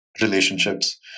relationships